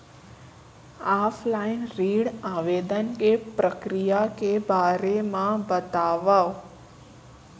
Offline ऋण आवेदन के प्रक्रिया के बारे म बतावव?